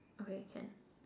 okay can